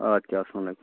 اَدٕ کیٛاہ اسلامُ علیکُم